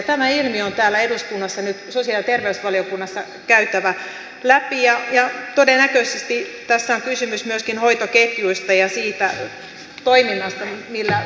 tämä ilmiö on täällä eduskunnassa nyt sosiaali ja terveysvaliokunnassa käytävä läpi ja todennäköisesti tässä on kysymys myöskin hoitoketjuista ja siitä toiminnasta millä potilaita